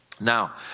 Now